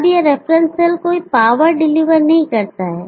अब यह reference cell कोई पावर डिलीवर नहीं करता है